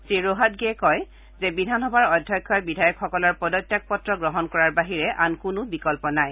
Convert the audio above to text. শ্ৰীৰোহাটগিয়ে কয় যে বিধানসভাৰ অধ্যক্ষই বিধায়কসকলৰ পদত্যাগ পত্ৰ গ্ৰহণ কৰাৰ বাহিৰে আন কোনো বিকল্প নাই